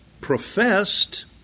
professed